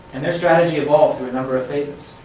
and their strategy evolved through a number of phases.